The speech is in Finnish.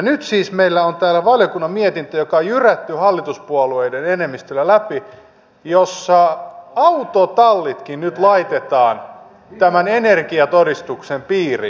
nyt siis meillä on täällä valiokunnan mietintö joka on jyrätty hallituspuolueiden enemmistöllä läpi ja jossa autotallitkin nyt laitetaan tämän energiatodistuksen piiriin